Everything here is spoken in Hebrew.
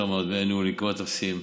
שם דמי הניהול הם כמעט אפסיים.